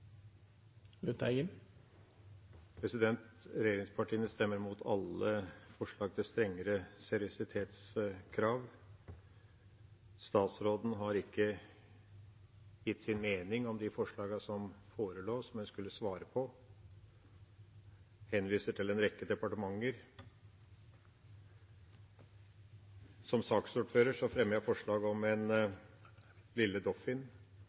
Regjeringspartiene stemmer imot alle forslag til strengere seriøsitetskrav. Statsråden har ikke gitt sin mening om de forslagene som forelå, som hun skulle svare på. En henviser til en rekke departementer. Som saksordfører fremmer jeg forslag om en